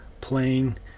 playing